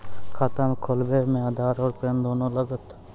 खाता खोलबे मे आधार और पेन कार्ड दोनों लागत?